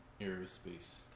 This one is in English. aerospace